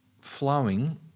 flowing